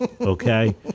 Okay